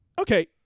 okay